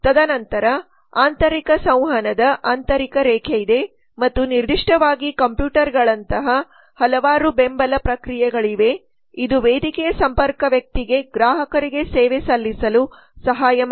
ತದನಂತರ ಆಂತರಿಕ ಸಂವಹನದ ಆಂತರಿಕ ರೇಖೆ ಇದೆ ಮತ್ತು ನಿರ್ದಿಷ್ಟವಾಗಿ ಕಂಪ್ಯೂಟರ್ಗಳಂತಹ ಹಲವಾರು ಬೆಂಬಲ ಪ್ರಕ್ರಿಯೆಗಳಿವೆ ಇದು ವೇದಿಕೆಯ ಸಂಪರ್ಕ ವ್ಯಕ್ತಿಗೆ ಗ್ರಾಹಕರಿಗೆ ಸೇವೆ ಸಲ್ಲಿಸಲು ಸಹಾಯ ಮಾಡುತ್ತದೆ